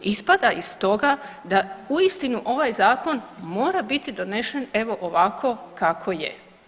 Ispada iz toga da uistinu ovaj zakon mora biti donesen evo ovako kao je.